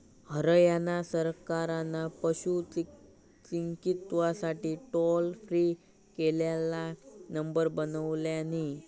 हरयाणा सरकारान पशू चिकित्सेसाठी टोल फ्री हेल्पलाईन नंबर बनवल्यानी